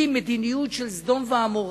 היא מדיניות של סדום ועמורה.